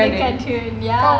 kindergarten ya